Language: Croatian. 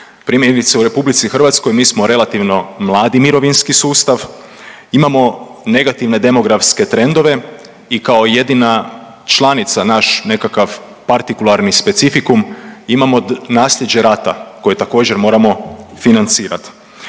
Primjerice u RH mi smo relativno mladi mirovinski sustav. Imamo negativne demografske trendove i kao jedina članica naš nekakav partikularni specifikum imamo nasljeđe rata koje također moramo financirati.